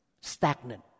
stagnant